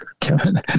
Kevin